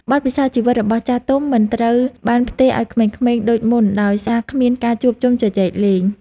បទពិសោធន៍ជីវិតរបស់ចាស់ទុំមិនត្រូវបានផ្ទេរឱ្យក្មេងៗដូចមុនដោយសារគ្មានការជួបជុំជជែកលេង។